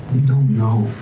don't know.